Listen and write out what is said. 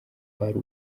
kwari